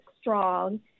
strong